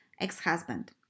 ex-husband